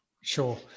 Sure